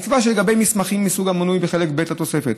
נקבע שלגבי מסמכים מסוג המנוי בחלק ב' לתוספת